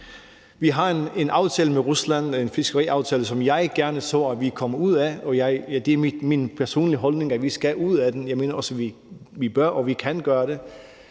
har en fiskeriaftale med Rusland, som jeg gerne så at vi kom ud af, og det er min personlige holdning, at vi skal ud af den, og jeg mener også, at vi bør og kan gøre det,